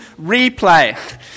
replay